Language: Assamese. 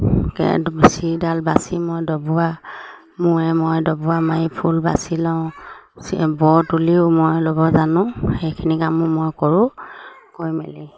কেছকেইডাল বাচি মই দবোৱা মোৱে মই দবোৱা মাৰি ফুল বাচি লওঁ বৰ তুলিও মই ল'ব জানো সেইখিনি কামো মই কৰোঁ কৰি মেলি